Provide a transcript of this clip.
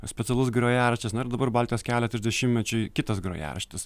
specialus grojaraštis na ir dabar baltijos kelio trisdešimtmečiui kitas grojaraštis